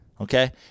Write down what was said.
Okay